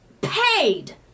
paid